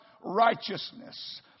righteousness